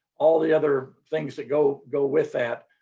all the other things that go go with that.